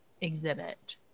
exhibit